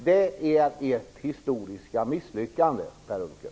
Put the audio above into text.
Det är ert historiska misslyckande, Per Unckel!